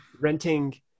renting